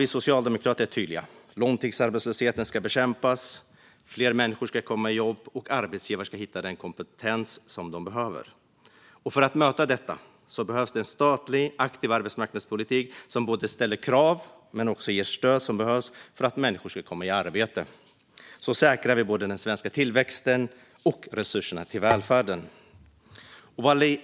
Vi socialdemokrater är tydliga: Långtidsarbetslösheten ska bekämpas, fler människor ska komma i jobb och arbetsgivare ska hitta den kompetens som de behöver. För att möta detta behövs en statlig aktiv arbetsmarknadspolitik som både ställer krav och ger de stöd som behövs för att människor ska komma i arbete. Så säkrar vi både den svenska tillväxten och resurserna till välfärden.